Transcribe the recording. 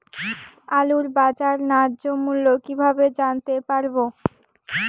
আলুর বাজার ন্যায্য মূল্য কিভাবে জানতে পারবো?